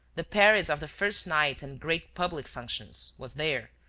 the paris of the first nights and great public functions, was there,